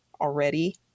already